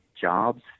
jobs